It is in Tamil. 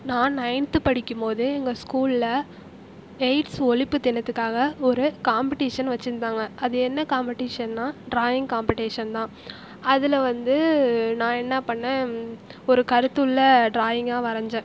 நான் நைன்த் படிக்கும் போது எங்கள் ஸ்கூலில் எய்ட்ஸ் ஒழிப்பு தினத்துக்காக ஒரு காம்பட்டிஷன் வச்சுருந்தாங்க அது என்ன காம்பட்டிஷன்னா டிராயிங் காம்படிஷன்தான் அதில் வந்து நான் என்ன பண்ணிணேன் ஒரு கருத்துள்ள டிராயிங்கா வரைஞ்சேன்